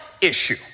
issue